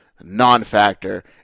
non-factor